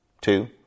two